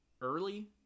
early